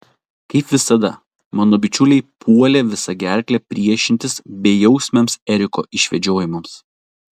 kaip visada mano bičiuliai puolė visa gerkle priešintis bejausmiams eriko išvedžiojimams